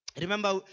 Remember